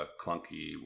clunky